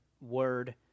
word